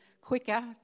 quicker